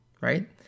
right